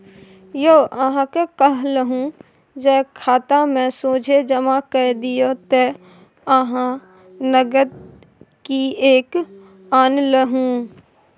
यौ अहाँक कहलहु जे खातामे सोझे जमा कए दियौ त अहाँ नगद किएक आनलहुँ